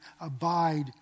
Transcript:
abide